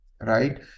right